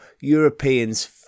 Europeans